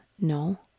No